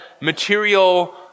material